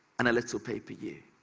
and a little paper you.